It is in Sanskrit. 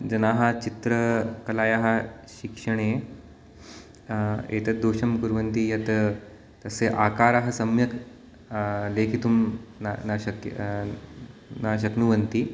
जनाः चित्रकलायाः शिक्षणे एतद्दोषं कुर्वन्ति यत् तस्य आकारः सम्यक् लेखितुं न न शक्य् न शक्नुवन्ति